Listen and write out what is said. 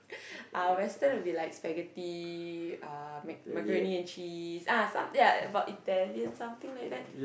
uh western will be like spaghetti uh mac macaroni cheese ah some ya about Italian something like that